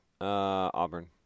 Auburn